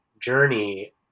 journey